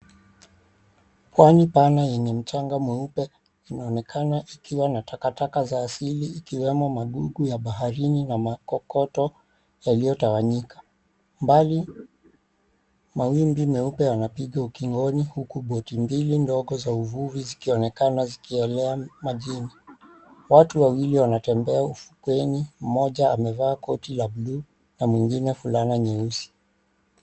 Pwani pana yenye mchanga mweupe inaonekana ikiwa na takataka za asili ikiwemo magugu ya baharini na makokoto yaliyotawanyika. Mbali mawimbi meupe yanapiga ukingoni huku boti mbili ndogo za uvuvi zikionekana zikielea majini. Watu wawili wanatembea ufukweni, mmoja amevaa koti la buluu na mwingine fulana nyeusi.